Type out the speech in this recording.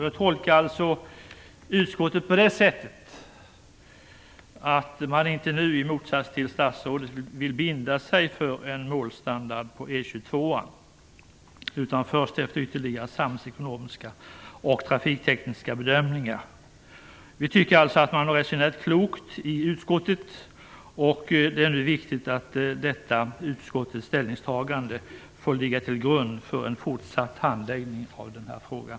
Jag tolkar utskottet på det sättet att det inte nu, i motsats till statsrådet, vill binda sig för en målstandard för E 22:an utan först efter ytterligare samhällsekonomiska och trafiktekniska bedömningar. Vi tycker att man har resonerat klokt i utskottet. Det är nu viktigt att detta utskottets ställningstagande får ligga till grund för en fortsatt handläggning av den här frågan.